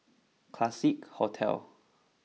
Classique Hotel